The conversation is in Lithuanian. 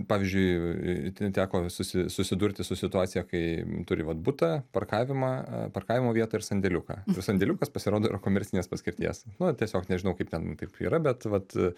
pavyzdžiui ten teko susi susidurti su situacija kai turi vat butą parkavimą parkavimo vietą ir sandėliuką sandėliukas pasirodo yra komercinės paskirties na tiesiog nežinau kaip ten taip yra bet vat